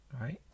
right